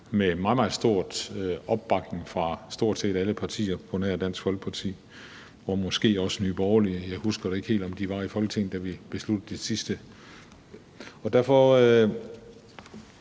meget, meget stor opbakning fra stort set alle partier på nær Dansk Folkeparti og måske også Nye Borgerlige – jeg husker ikke helt, om de var i Folketinget, da vi besluttede det sidste. Jeg er